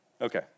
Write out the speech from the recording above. Okay